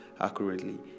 accurately